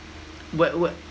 wh~ wh~